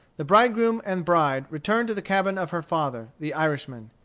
the bridegroom and bride returned to the cabin of her father, the irishman.